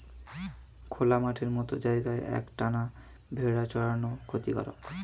খোলা মাঠের মত জায়গায় এক টানা ভেড়া চরানো ক্ষতিকারক